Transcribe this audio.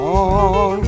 on